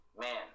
man